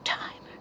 time